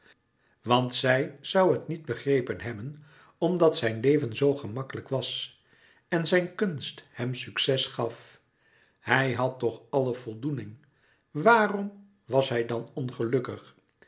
want zij zoû het niet begrepen hebben omdat zijn leven zoo gemakkelijk was en zijn kunst hem succes gaf hij had toch alle voldoening waarom was hij dan ongelukkig